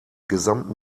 gesamten